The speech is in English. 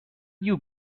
you